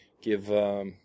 give